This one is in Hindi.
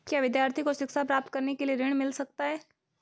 क्या विद्यार्थी को शिक्षा प्राप्त करने के लिए ऋण मिल सकता है?